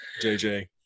jj